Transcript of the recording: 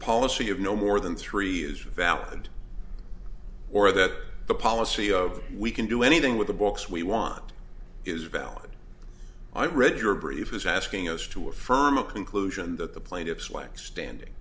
policy of no more than three is valid or that the policy of we can do anything with the books we want is valid i read your brief as asking us to affirm a conclusion that the plaintiffs lack standing